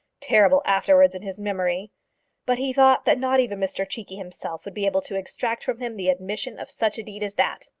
terrible afterwards in his memory but he thought that not even mr cheekey himself would be able to extract from him the admission of such a deed as that.